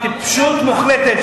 טיפשות מוחלטת,